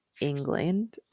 England